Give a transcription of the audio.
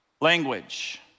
language